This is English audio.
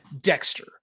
Dexter